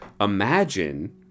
imagine